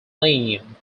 name